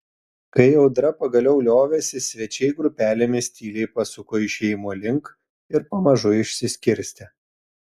kai audra pagaliau liovėsi svečiai grupelėmis tyliai pasuko išėjimo link ir pamažu išsiskirstė